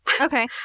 Okay